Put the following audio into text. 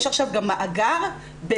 יש עכשיו גם מאגר בנוסף'.